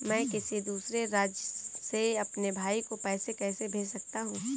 मैं किसी दूसरे राज्य से अपने भाई को पैसे कैसे भेज सकता हूं?